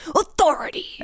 authority